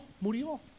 murió